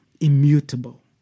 immutable